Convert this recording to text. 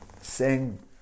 sing